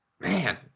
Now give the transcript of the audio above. man